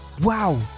Wow